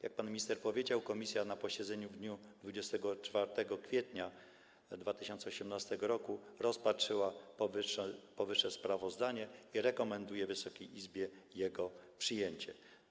Jak pan minister powiedział, komisja na posiedzeniu w dniu 24 kwietnia 2018 r. rozpatrzyła powyższe sprawozdanie i rekomenduje Wysokiej Izbie jego przyjęcie.